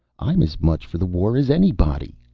i'm as much for the war as anybody,